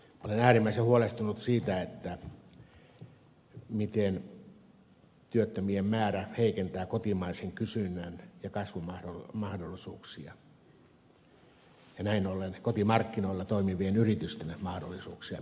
olen äärimmäisen huolestunut siitä miten työttömien määrä heikentää kotimaisen kysynnän ja kasvun mahdollisuuksia ja näin ollen kotimarkkinoilla toimivien yritysten mahdollisuuksia myös toimia